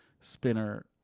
Spinner